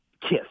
KISS